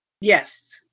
Yes